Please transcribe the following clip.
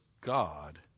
God